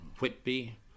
Whitby